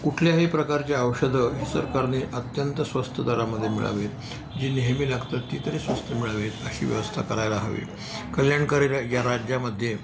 कुठल्याही प्रकारचे औषधं ही सरकारने अत्यंत स्वस्त दरामध्ये मिळावीत जी नेहमी लागतात ती तरी स्वस्त मिळावीत अशी व्यवस्था करायला हवी कल्याणकारी या राज्यामध्ये